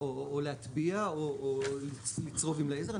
או להטביע או לצרוב עם לייזר,